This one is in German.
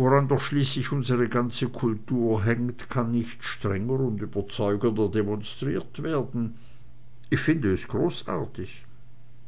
woran doch schließlich unsre ganze kultur hängt kann nicht strenger und überzeugender demonstriert werden ich finde es großartig